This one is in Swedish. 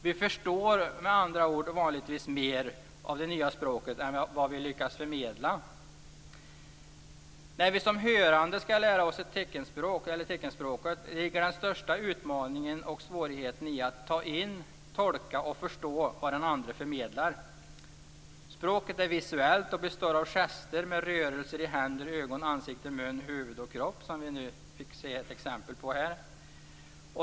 Vi förstår med andra ord vanligtvis mer av det nya språket än vad vi lyckas förmedla. När vi som hörande skall lära oss teckenspråket ligger den största utmaningen och svårigheten i att ta in, tolka och förstå vad den andre förmedlar. Språket är visuellt och består av gester och rörelser med händer, ögon, ansikte, mun, huvud och kropp, som vi nyss fick se exempel på här.